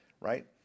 right